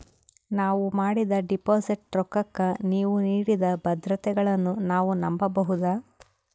ನಾವು ಮಾಡಿದ ಡಿಪಾಜಿಟ್ ರೊಕ್ಕಕ್ಕ ನೀವು ನೀಡಿದ ಭದ್ರತೆಗಳನ್ನು ನಾವು ನಂಬಬಹುದಾ?